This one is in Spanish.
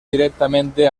directamente